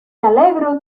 alegro